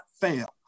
fail